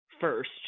first